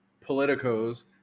politicos